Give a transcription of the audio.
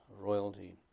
royalty